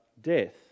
death